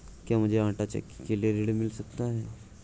क्या मूझे आंटा चक्की के लिए ऋण मिल सकता है?